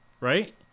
right